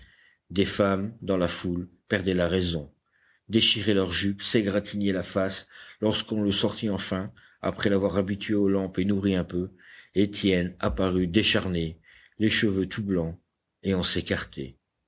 des femmes dans la foule perdaient la raison déchiraient leurs jupes s'égratignaient la face lorsqu'on le sortit enfin après l'avoir habitué aux lampes et nourri un peu étienne apparut décharné les cheveux tout blancs et on s'écartait